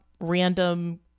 random